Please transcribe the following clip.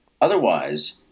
Otherwise